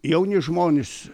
jauni žmonės